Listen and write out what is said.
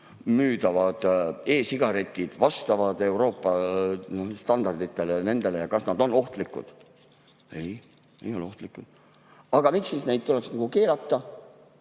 müüdavad e‑sigaretid vastavad Euroopa standarditele ja kas nad on ohtlikud. "Ei, ei ole ohtlikud." Aga miks siis neid tuleks keelata?